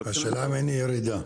השאלה אם אין ירידה.